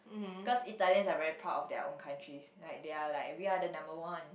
cause Italians are very proud of their own countries like they're like we're the number one